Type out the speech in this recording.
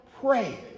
pray